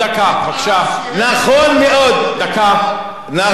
נכון מאוד, נכון מאוד.